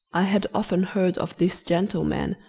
i had often heard of this gentleman,